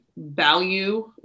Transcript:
value